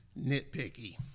nitpicky